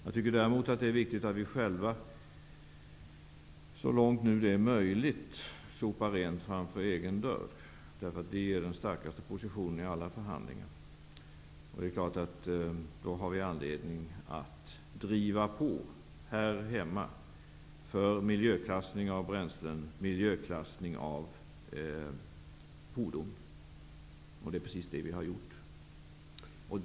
Jag tycker däremot att det är viktigt att vi själva så långt det är möjligt sopar rent framför egen dörr. Det ger den starkaste positionen i alla förhandlingar. Det är klart att vi har anledning att driva på här hemma för miljöklassning av bränslen och miljöklassning av fordon. Det är precis det vi har gjort.